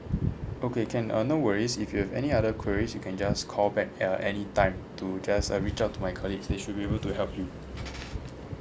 okay can uh no worries if you have any other queries you can just call back uh any time to just uh reach out to my colleagues they should be able to help you